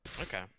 Okay